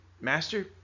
Master